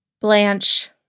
Blanche